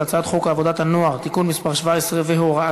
הצעת חוק לתיקון פקודת הבטיחות בעבודה (מס' 8),